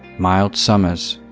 mild summers.